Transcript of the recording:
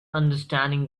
understanding